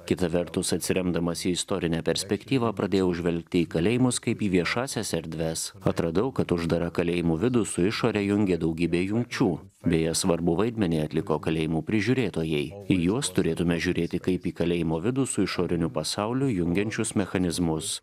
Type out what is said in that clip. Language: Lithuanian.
kita vertus atsiremdamas į istorinę perspektyvą pradėjau žvelgti į kalėjimus kaip į viešąsias erdves atradau kad uždarą kalėjimų vidų su išore jungė daugybė jungčių beje svarbų vaidmenį atliko kalėjimų prižiūrėtojai į juos turėtume žiūrėti kaip į kalėjimo vidų su išoriniu pasauliu jungiančius mechanizmus